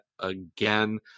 again